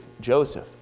Joseph